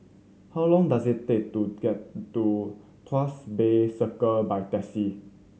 how long does it take to get to Tuas Bay Circle by taxi